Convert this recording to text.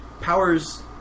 powers